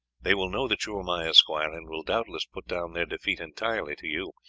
they will know that you are my esquire, and will doubtless put down their defeat entirely to you.